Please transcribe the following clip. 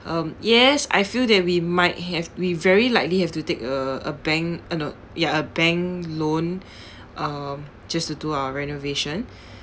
um yes I feel that we might have we very likely have to take a a bank uh no ya a bank loan um just to do our renovation